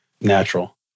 natural